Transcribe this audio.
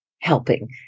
helping